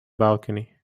balcony